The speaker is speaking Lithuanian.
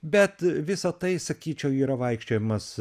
bet visa tai sakyčiau yra vaikščiojimas